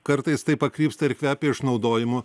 kartais tai pakrypsta ir kvepia išnaudojimu